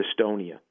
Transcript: Estonia